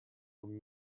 from